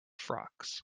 frocks